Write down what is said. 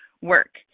work